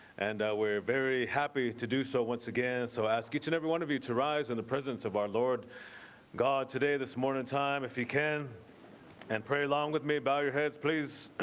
and we're very happy to do. so once again. so i ask each and every one of you to rise in the presence of our lord god. today this morning in time if you can and pray along with me about your heads, please